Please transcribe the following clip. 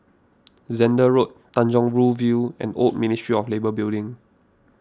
Zehnder Road Tanjong Rhu View and Old Ministry of Labour Building